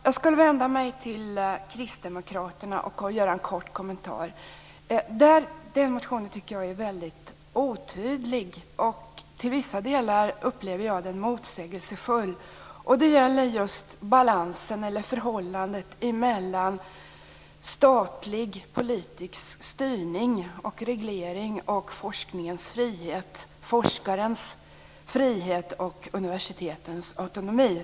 Jag skulle vilja vända mig till Kristdemokraterna och göra en kort kommentar. Kristdemokraternas motion tycker jag är väldigt otydlig. Till vissa delar upplever jag den som motsägelsefull. Det gäller då förhållandet mellan statlig politisk styrning och reglering samt forskningens och forskarens frihet och universitetens autonomi.